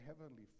heavenly